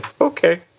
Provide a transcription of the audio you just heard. okay